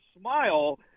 smile